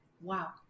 wow